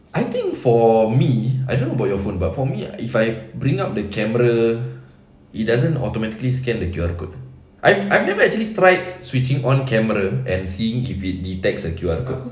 I think for me I don't know about your phone but for me if I bring up the camera it doesn't automatically scan the Q_R code I've I've never actually tried switching on camera and seeing if it detects a Q_R code